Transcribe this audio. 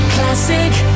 Classic